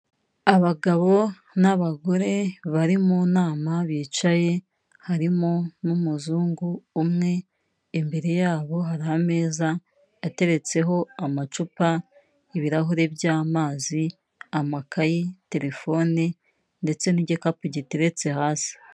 Abagabo n'abagore bari mu nama bicaye harimo n'umuzungu umwe, imbere yabo hari ameza ateretseho amacupa, ibirahuri by'amazi, amakayi, terefone ndetse n'igikapu giteretse hasi.